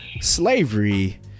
slavery